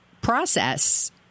process